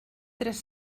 tres